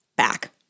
back